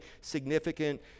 significant